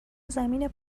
زمین